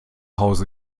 hause